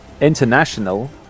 international